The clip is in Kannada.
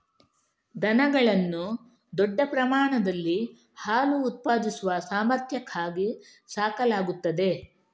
ದನಗಳನ್ನು ದೊಡ್ಡ ಪ್ರಮಾಣದಲ್ಲಿ ಹಾಲು ಉತ್ಪಾದಿಸುವ ಸಾಮರ್ಥ್ಯಕ್ಕಾಗಿ ಸಾಕಲಾಗುತ್ತದೆ